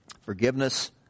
forgiveness